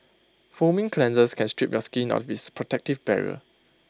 foaming cleansers can strip your skin of its protective barrier